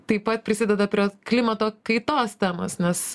taip pat prisideda prie klimato kaitos temos nes